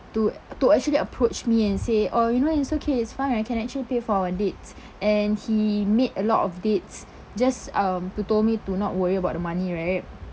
to to actually approach me and say oh you know it's okay it's fine I can actually pay for our dates and he made a lot of dates just um to told me to not worry about the money right